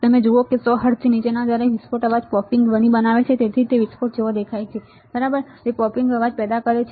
તમે જુઓ છો કે 100 હર્ટ્ઝથી નીચેના દરે વિસ્ફોટ અવાજ પોપિંગ ધ્વનિ બનાવે છે તેથી જ તે વિસ્ફોટ જેવો દેખાય છે તે બરાબર તે પોપિંગ અવાજ કરે છે